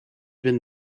been